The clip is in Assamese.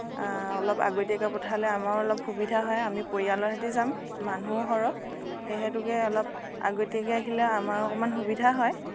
অলপ আগতীয়াকৈ পঠালে আমাৰো অলপ সুবিধা হয় আমি পৰিয়ালৰ সেতি যাম মানুহো সৰহ সেই হেতুকে অলপ আগতীয়াকৈ আহিলে আমাৰো অকণমান সুবিধা হয়